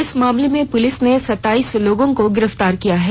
इस मामले में पुलिस ने सताइस लोगों को गिरफ्तार किया है